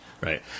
right